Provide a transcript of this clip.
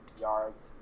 yards